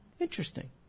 Interesting